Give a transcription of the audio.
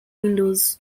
windows